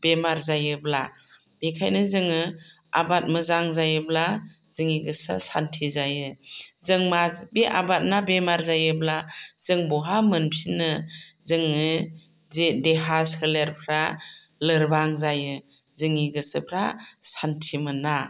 बेमार जायोब्ला बेखायनो जोङो आबाद मोजां जायोब्ला जोंनि गोसोआ सान्थि जायो जों बे आबादा बेमार जायोब्ला जों बहा मोनफिन्नो जोङो देहा सोलेरफ्रा लोरबां जायो जोंनि गोसोफ्रा सान्थि मोना